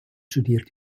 studiert